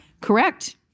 Correct